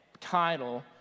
title